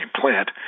plant